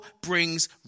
brings